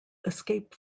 escape